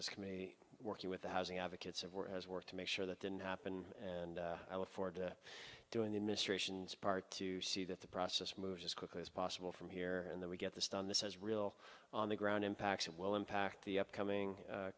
could mean working with the housing advocates of what has worked to make sure that didn't happen and i will forward to doing the administration's part to see that the process moves as quickly as possible from here and then we get this done this is real on the ground impacts it will impact the upcoming